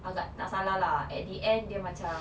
I was like tak salah lah at the end dia macam